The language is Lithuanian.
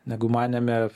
negu manėme